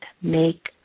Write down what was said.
make